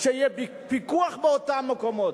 יהיה פיקוח באותם מקומות.